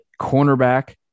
cornerback